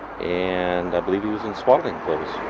and believe he was in swaddling clothes.